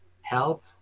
help